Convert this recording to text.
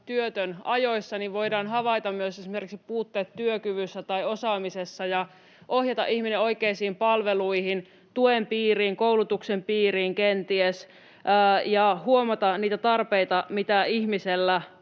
työtön ajoissa, niin voidaan havaita myös esimerkiksi puutteet työkyvyssä tai osaamisessa ja ohjata ihminen oikeisiin palveluihin, tuen piiriin, koulutuksen piiriin kenties ja huomata niitä tarpeita, mitä ihmisellä